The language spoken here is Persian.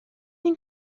این